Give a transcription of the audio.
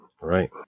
Right